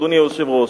אדוני היושב-ראש,